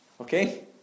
Okay